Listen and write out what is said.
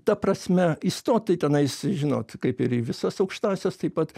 ta prasme įstot tai tenais žinot kaip ir į visas aukštąsias taip pat